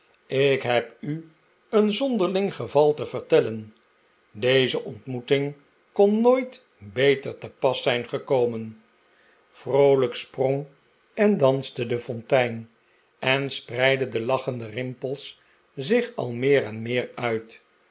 ik heb u een zonderling geval te vertellen deze ontmoeting kon nooit beter te pas zijn gekomen vroolijk sprong en danste de fontein en spreidden de lachende rimpels zich al meer en meer uit